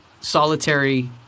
solitary